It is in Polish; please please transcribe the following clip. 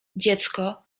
dziecko